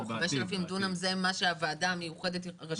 5,000 דונם זה מה שהוועדה המיוחדת רשאית לעסוק בו.